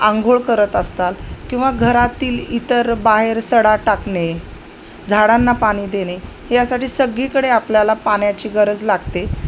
आंघोळ करत असताल किंवा घरातील इतर बाहेर सडा टाकणे झाडांना पाणी देणे यासाठी सगळीकडे आपल्याला पाण्याची गरज लागते